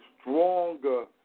stronger